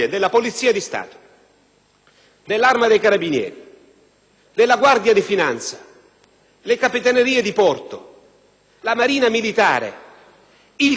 della Guardia di finanza, delle Capitanerie di porto, della Marina militare, del Corpo forestale dello Stato e della Polizia penitenziaria.